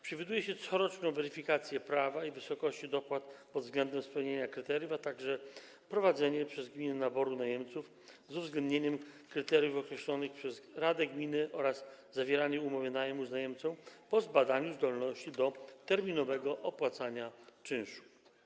Przewiduje się coroczną weryfikację prawa do dopłat i wysokości dopłat pod względem spełnienia kryteriów, a także prowadzenie przez gminy naboru najemców z uwzględnieniem kryteriów określonych przez radę gminy oraz zawieranie umów najmu z najemcami po zbadaniu zdolności do terminowego opłacania czynszu.